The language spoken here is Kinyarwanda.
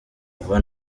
vuba